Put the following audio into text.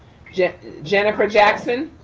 j jennifer jackson.